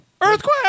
Earthquake